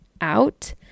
out